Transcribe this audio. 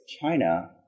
China